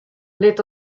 lit